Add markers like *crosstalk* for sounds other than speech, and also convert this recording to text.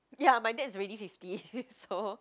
ya my dad is already fifty *laughs* so